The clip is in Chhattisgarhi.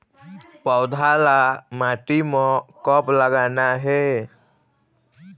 पौधा ला माटी म कब लगाना हे?